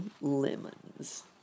lemons